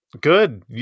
Good